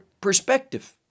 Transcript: perspective